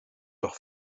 doch